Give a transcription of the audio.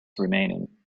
remaining